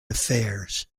affairs